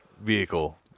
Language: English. vehicle